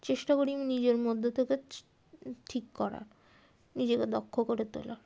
চেষ্টা করি নিজের মধ্যে থেকে ঠিক করার নিজেকে দক্ষ করে তোলার